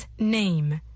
name